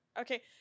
okay